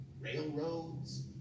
railroads